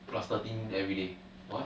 plus thirteen everyday [what]